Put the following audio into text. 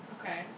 Okay